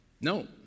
No